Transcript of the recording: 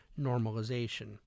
normalization